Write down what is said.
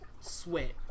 Sweat